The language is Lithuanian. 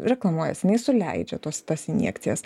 reklamuojasi jinai suleidžia tuos tas injekcijas